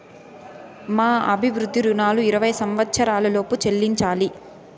భూ అభివృద్ధి రుణాలు ఇరవై సంవచ్చరాల లోపు చెల్లించాలి